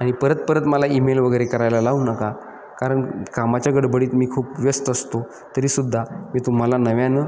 आणि परत परत मला ईमेल वगैरे करायला लावू नका कारण कामाच्या गडबडीत मी खूप व्यस्त असतो तरीसुद्धा मी तुम्हाला नव्यानं